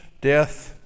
death